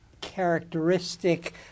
characteristic